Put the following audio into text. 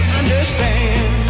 understand